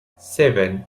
seven